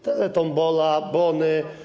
Teletombola, bony.